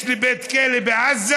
יש לי בית כלא בעזה,